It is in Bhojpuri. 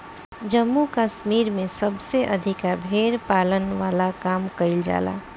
जम्मू कश्मीर में सबसे अधिका भेड़ पालन वाला काम कईल जाला